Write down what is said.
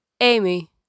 Amy